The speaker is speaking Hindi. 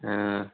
हाँ